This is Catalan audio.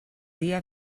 dia